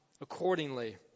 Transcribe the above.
accordingly